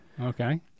Okay